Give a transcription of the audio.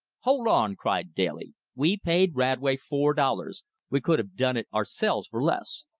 hold on! cried daly, we paid radway four dollars we could have done it ourselves for less.